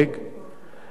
בנוסף לכך,